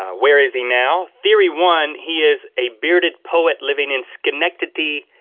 ah where is he now? theory one he is a bearded poet living. in schenectady,